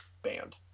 Band